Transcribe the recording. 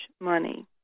money